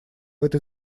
этой